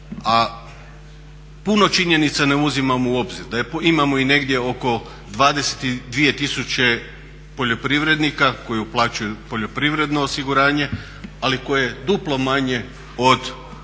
A puno činjenica ne uzimamo u obzir da imamo i negdje oko 22 tisuće poljoprivrednika koji uplaćuju poljoprivredno osiguranje ali koje je duplo manje od